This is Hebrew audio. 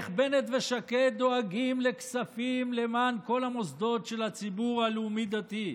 איך בנט ושקד דואגים לכספים למען כל המוסדות של הציבור הלאומי-דתי.